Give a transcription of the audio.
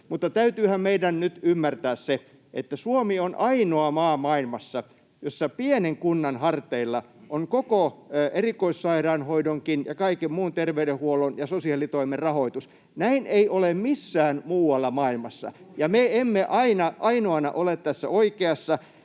täytyyhän meidän nyt ymmärtää se, että Suomi on ainoa maa maailmassa, jossa pienen kunnan harteilla on koko erikoissairaanhoidonkin ja kaiken muun terveydenhuollon ja sosiaalitoimen rahoitus. Näin ei ole missään muualla maailmassa, ja me emme aina, ainoana ole tässä oikeassa.